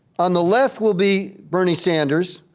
on the left will be bernie sanders,